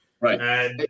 Right